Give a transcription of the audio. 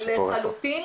לחלוטין,